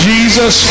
Jesus